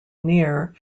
near